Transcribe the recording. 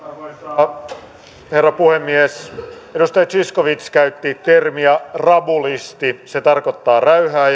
arvoisa herra puhemies edustaja zyskowicz käytti termiä rabulisti se tarkoittaa räyhääjää